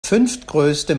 fünftgrößte